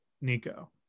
Nico